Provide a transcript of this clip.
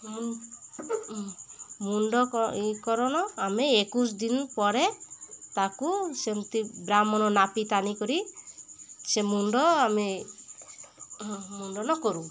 ମୁଁ ମୁଣ୍ଡକରଣ ଆମେ ଏକୋଇଶ ଦିନ ପରେ ତାକୁ ସେମିତି ବ୍ରାହ୍ମଣ ନାପି ତାନିିକରି ସେ ମୁଣ୍ଡ ଆମେ ମୁଣ୍ଡନ କରୁ